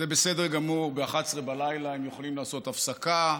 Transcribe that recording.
זה בסדר גמור, ב-23:00 הם יכולים לעשות הפסקה.